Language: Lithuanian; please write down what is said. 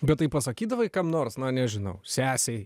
bet tai pasakydavai kam nors na nežinau sesei